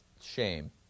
shame